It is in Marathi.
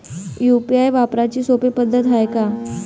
यू.पी.आय वापराची सोपी पद्धत हाय का?